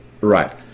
right